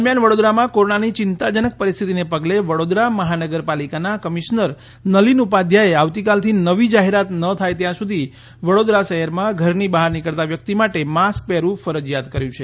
દરમિથાન વડોદરામાં કોરોનાની ચિંતા જનક પરિસ્થિતિને પગલે વડોદરા મહાનગરપાલિકાના કમિશ્નર નલીન ઉપાધ્યાયે આવતીકાલથી નવી જાહેરાત ન થાય ત્યાં સુધી વડોદરા શહેરમાં ઘરની બહાર નીકળતા વ્યકિત માટે માસ્ક પહેરવુ ફરજીયાત કર્યુ છે